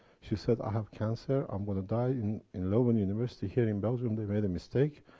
she said, i have cancer. i'm gonna die. in in logan university here in belgium they made a mistake.